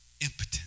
impotent